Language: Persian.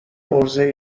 عرضه